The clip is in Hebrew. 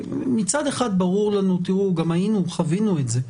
מצד אחד ברור לנו וחווינו את זה,